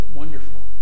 wonderful